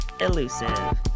Elusive